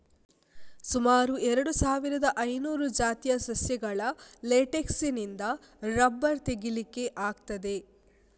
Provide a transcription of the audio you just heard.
ಸುಮಾರು ಎರಡು ಸಾವಿರದ ಐನೂರು ಜಾತಿಯ ಸಸ್ಯಗಳ ಲೇಟೆಕ್ಸಿನಿಂದ ರಬ್ಬರ್ ತೆಗೀಲಿಕ್ಕೆ ಆಗ್ತದೆ